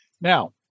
Now